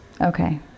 Okay